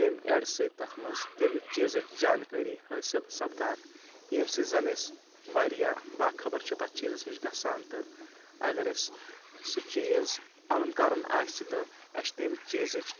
تَمہِ ایڈٕ سٍتۍ تتھ منٛز تٔمۍ چیٖزٕچ زانٛکٲری حٲصِل سَپدان ییٚمہِ سٍتۍ زَن أسۍ واریاہ باخبر چھِ تتھ چیٖزس نِش گَژھان تہٕ اَگر أسۍ سُہ چیٖز اَنُن کَرُن آسہِ تہٕ اَسہِ تَمہِ چیٖزٕچ